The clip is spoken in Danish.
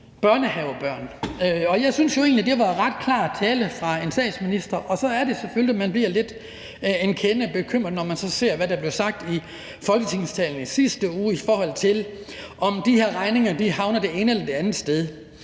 egentlig, at det var ret klar tale fra en statsminister, og så er det selvfølgelig, at man bliver en kende bekymret, når man så hører, hvad der blev sagt i Folketingssalen i sidste uge, i forhold til om de her regninger havner det ene eller det andet sted.